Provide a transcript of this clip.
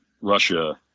Russia